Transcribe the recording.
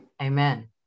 Amen